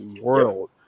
world